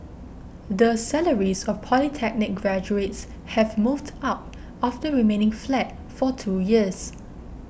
the salaries of polytechnic graduates have moved up after remaining flat for two years